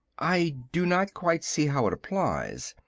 i do not quite see how it applies,